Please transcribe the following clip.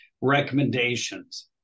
recommendations